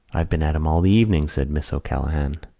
have been at him all the evening, said miss o'callaghan,